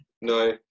no